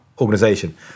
organization